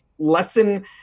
Lesson